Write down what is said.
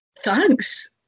thanks